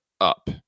up